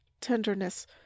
tenderness